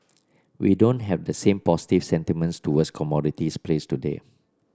we don't have the same positive sentiments towards commodities plays today